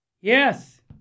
Yes